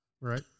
Right